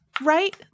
right